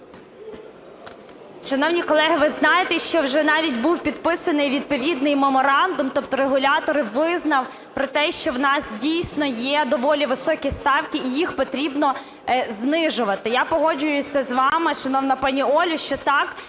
Шановні колеги, ви знаєте, що вже навіть був підписаний відповідний меморандум, тобто регулятор визнав про те, що в нас дійсно є доволі високі ставки і їх потрібно знижувати. Я погоджуюся з вами, шановна пані Олю, що, так,